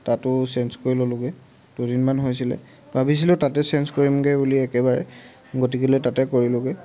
তাতো চেঞ্জ কৰি ললোঁগৈ দুদিনমান হৈছিলে ভাবিছিলোঁ তাতে চেঞ্জ কৰিমগৈ বুলি একেবাৰে গতিকেলৈ তাতে কৰিলোঁগৈ